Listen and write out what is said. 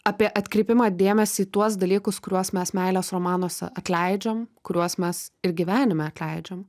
apie atkreipimą dėmesį į tuos dalykus kuriuos mes meilės romanuose atleidžiam kuriuos mes ir gyvenime atleidžiam